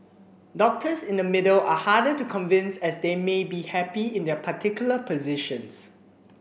doctors in the middle are harder to convince as they may be happy in their particular positions